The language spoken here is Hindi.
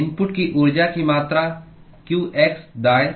इनपुट की ऊर्जा की मात्रा qx दाएं